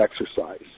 exercise